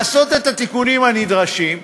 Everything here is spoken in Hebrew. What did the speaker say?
לעשות את התיקונים הנדרשים,